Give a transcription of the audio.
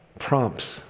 prompts